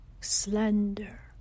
slender